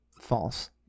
False